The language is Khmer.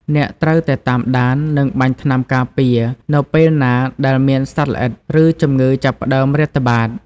អ្នកត្រូវតែតាមដាន និងបាញ់ថ្នាំការពារនៅពេលណាដែលមានសត្វល្អិត ឬជំងឺចាប់ផ្តើមរាតត្បាត។